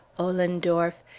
ollendorff,